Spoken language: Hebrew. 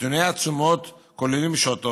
נתוני התשומות כוללים שעות הוראה,